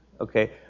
Okay